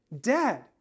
dead